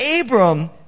Abram